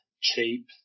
cheap